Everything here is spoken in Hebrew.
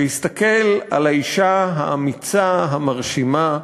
ויסתכל על האישה האמיצה, המרשימה,